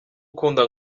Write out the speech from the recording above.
ukunda